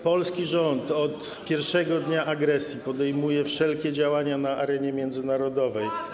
Polski rząd od pierwszego dnia agresji podejmuje wszelkie działania na arenie międzynarodowej.